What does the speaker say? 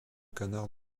canards